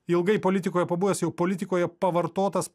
ilgai politikoje pabuvęs jau politikoje pavartotas